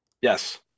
Yes